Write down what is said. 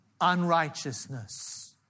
unrighteousness